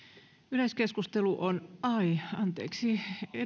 yleiskeskustelu on ai anteeksi